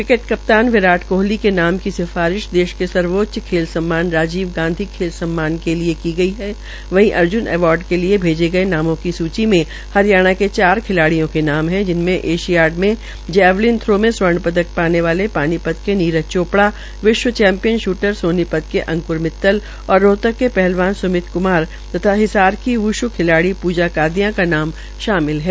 cricket कप्तान विराट कोहली के नाम की सिफारिश देश के सर्वोच्च खेल सम्मान राजीव गांधी खेल सम्मान के लिए की गई है वहीं अर्जुन अवार्ड के लिए भेजे गये नामों की सूची में हरियाणा के चार खिलाड़ियों के नाम है जिनमें एशियाड मे जैवलिन थ्रो में स्वर्ण पदक पाने वाले पानीपत के नीरज चोपड़ा विश्व चैम्पियन श्रटर सोनीपत के अकंर मित्तल और रोहतक के पहलवान स्मित कुमार व हिसार की ब्शू खिलाड़ी प्जा कादयां का नाम शामिल है